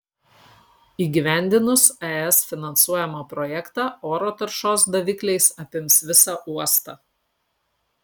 įgyvendinus es finansuojamą projektą oro taršos davikliais apims visą uostą